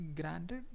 Granted